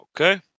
Okay